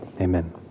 Amen